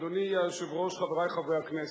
אדוני היושב-ראש, חברי חברי הכנסת,